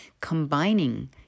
combining